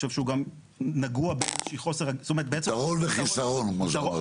אני חושב שהוא גם נגוע באיזה שהיא חוסר --- יתרון וחסרון כמו שאמרתי.